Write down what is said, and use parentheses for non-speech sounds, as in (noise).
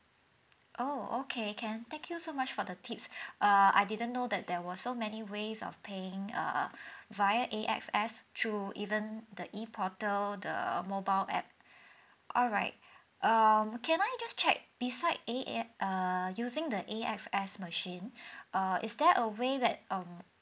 oh okay can thank you so much for the tips (breath) err I didn't know that there was so many ways of paying err (breath) via A_X_S through even the e portal the mobile app (breath) alright um can I just check beside A_X~ err using the A_X_S machine (breath) err is there a way that um